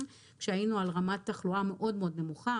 כשהיינו על רמת תחלואה מאוד מאוד נמוכה,